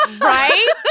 right